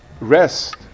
rest